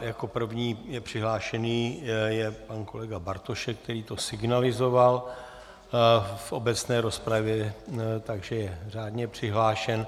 Jako první je přihlášený pan kolega Bartošek, který to signalizoval v obecné rozpravě, takže je řádně přihlášen.